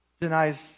denies